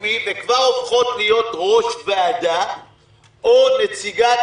וכבר הופכות להיות יושבות-ראש ועדה או נציגה